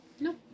No